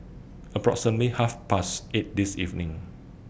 approximately Half Past eight This evening